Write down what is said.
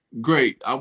great